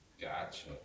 gotcha